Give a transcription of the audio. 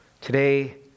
Today